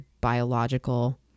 biological